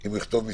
אם הוא יכתוב את